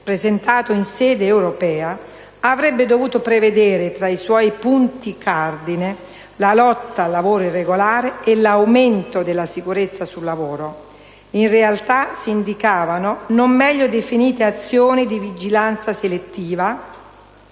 presentato in sede europea, avrebbe dovuto prevedere tra i suoi punti cardine la lotta al lavoro irregolare e l'aumento della sicurezza sul lavoro. In realtà, si indicavano non meglio definite «azioni di vigilanza selettiva»